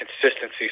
consistency